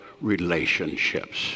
relationships